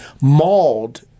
mauled